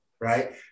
right